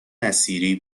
نصیری